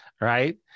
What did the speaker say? right